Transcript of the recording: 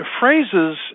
phrases